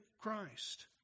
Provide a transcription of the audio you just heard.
Christ